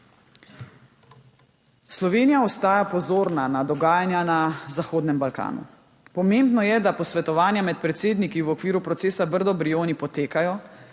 Slovenija ostaja pozorna na dogajanja na Zahodnem Balkanu. Pomembno je, da posvetovanja med predsedniki v okviru procesa Brdo–Brioni potekajo,